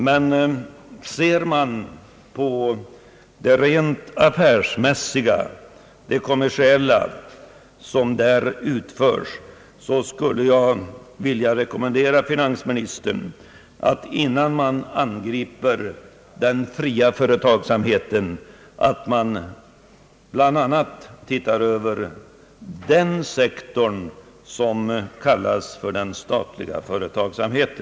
Men ser man på det rent affärsmässiga och kommersiella som där utföres så skulle jag vilja rekommendera finansministern, att innan man angriper den fria företagsamheten bör man bl.a. se över den sektor som kallas statlig företagsamhet.